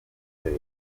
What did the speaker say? hotel